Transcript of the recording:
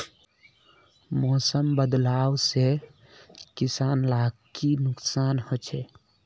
मौसम बदलाव से किसान लाक की नुकसान होचे?